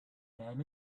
name